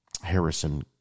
Harrison